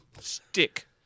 Stick